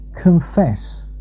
confess